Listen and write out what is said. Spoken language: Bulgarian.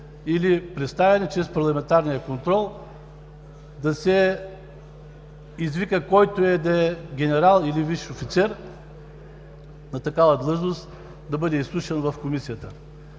или представяне чрез парламентарния контрол – да се извика който и да е генерал или висш офицер на такава длъжност да бъде изслушан в Комисията.